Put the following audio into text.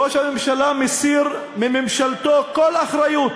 ראש הממשלה מסיר מממשלתו כל אחריות